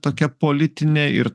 tokia politinė ir